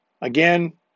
again